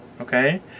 okay